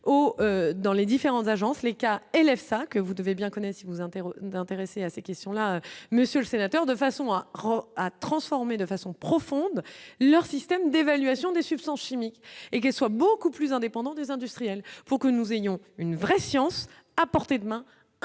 dans les différentes agences cas élève ça que vous devez bien connaître si vous interrogez d'intéresser à ces questions-là, monsieur le sénateur, de façon à rendre à transformer de façon profonde, leur système d'évaluation des substances chimiques et qu'elles soient beaucoup plus indépendant des industriels pour que nous ayons une vraie science à portée de main, indépendante